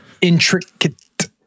intricate